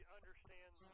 understand